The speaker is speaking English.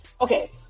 Okay